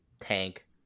tank